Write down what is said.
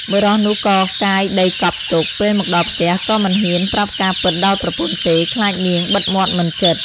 បុរសនោះក៏កាយដីកប់ទុក ពេលមកដល់ផ្ទះ គេមិនហ៊ានប្រាប់ការណ៍ពិតដល់ប្រពន្ធទេ ខ្លាចនាងបិទមាត់មិនជិត ។